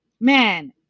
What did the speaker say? man